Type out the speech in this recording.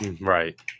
right